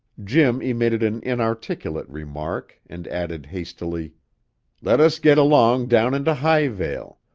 jim emitted an inarticulate remark, and added hastily let us get along down into highvale.